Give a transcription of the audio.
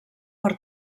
per